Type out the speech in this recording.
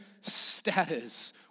status